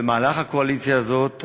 במהלך הקואליציה הזאת,